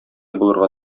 булырга